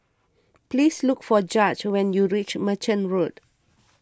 please look for Judge when you reach Merchant Road